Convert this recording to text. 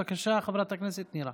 בבקשה, חברת הכנסת נירה.